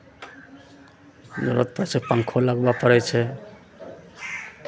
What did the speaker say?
जरूरत पड़ै छै पङ्खो लगबय पड़ै छै